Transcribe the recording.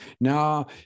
now